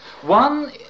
One